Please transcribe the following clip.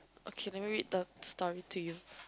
okay let me read the story to you